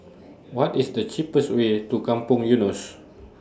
What IS The cheapest Way to Kampong Eunos